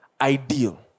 ideal